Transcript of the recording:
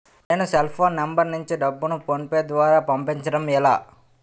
నేను cell phone number నుంచి డబ్బును ను ఫోన్పే అప్ ద్వారా పంపించడం ఎలా?